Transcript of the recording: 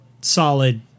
solid